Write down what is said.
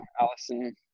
Allison